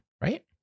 right